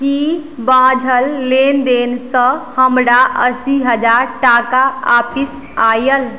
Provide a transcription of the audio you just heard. की बाझल लेनदेनसँ हमरा अस्सी हजार टाका वापिस आयल